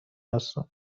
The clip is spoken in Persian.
هستم